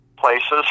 Places